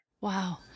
Wow